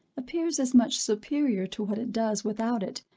appears as much superior to what it does without it,